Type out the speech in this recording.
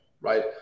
right